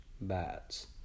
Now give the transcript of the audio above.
bats